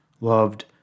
loved